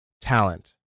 talent